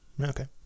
Okay